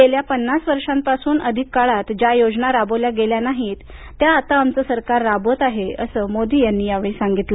गेल्या पन्नासवर्षापासून अधिक काळात ज्या योजना राबवल्या गेल्या नाहीत त्या आमचं सरकार राबवत आहे असं मोदी यांनी सांगितलं